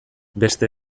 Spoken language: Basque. beste